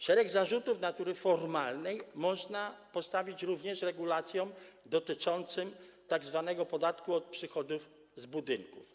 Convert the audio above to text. Szereg zarzutów natury formalnej można postawić również regulacjom dotyczącym tzw. podatku od przychodów z budynków.